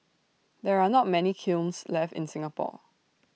there are not many kilns left in Singapore